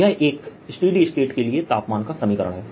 यह एकस्स्टेडी स्टेट के लिए तापमान का समीकरण है